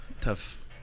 tough